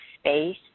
space